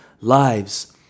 lives